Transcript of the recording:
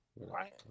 Right